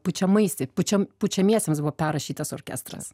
pučiamaisi pučia pučiamiesiems buvo perrašytas orkestras